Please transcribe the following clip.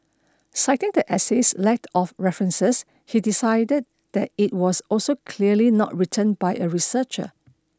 citing the essay's lack of references he decided that it was also clearly not written by a researcher